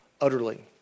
utterly